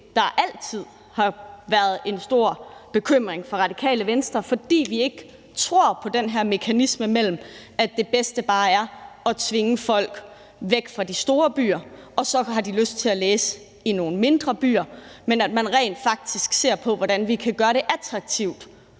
der altid har været en stor bekymring for Radikale Venstre, fordi vi ikke tror på den her mekanisme med, at det bedste bare er at tvinge folk væk fra de store byer og så tro, at de har lyst til at læse i nogle mindre byer. Man bør rent faktisk ser på, hvordan vi kan gøre det attraktivt